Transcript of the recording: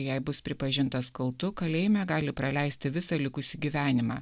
jei bus pripažintas kaltu kalėjime gali praleisti visą likusį gyvenimą